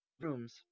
rooms